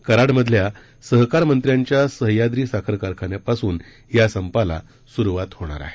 कराडमधल्या सहकार मंत्र्यांच्या सह्याद्री साखर कारखान्यापासून या संपाला सुरुवात होणार आहे